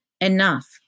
enough